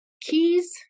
keys